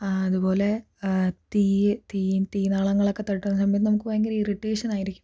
അതുപോലെ തീയ്യ് തീ തീനാളങ്ങളൊക്കെ തട്ടുന്ന സമയത്ത് നമക്ക് ഭയങ്കര ഇറിറ്റേഷൻ ആയിരിക്കും